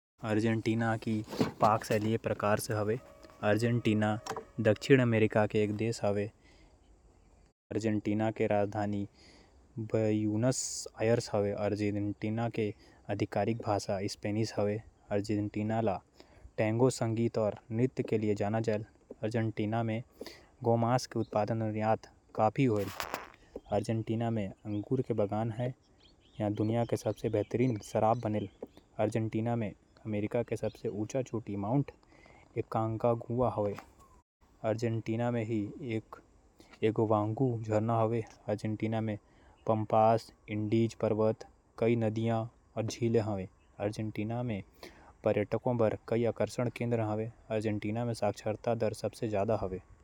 अर्जेंटीना दक्षिण अमेरिका के एक देश हावय। ये दक्षिण अमेरिका के दूसरा सबले बड़का देश अउ। दुनिया के आठवां सबले बड़का देश हावय। अर्जेंटीना के बारे म कुछ खास बात। अर्जेंटीना के राजधानी ब्यूनस आयर्स हावय। अर्जेंटीना के नाम अर्जेंटीना ले मिले हावय, जेकर अर्थ चांदी हावय। अर्जेंटीना म टैंगो संगीत अउ नृत्य बहुत लोकप्रिय हावय। अर्जेंटीना म पेटागोनिया, पम्पास, एंडीज जइसे कई क्षेत्र हावयं। अर्जेंटीना म इगुआजू झरना हावय। अर्जेंटीना म जंगल कटाई अउ प्रदूषण के समस्या हावय।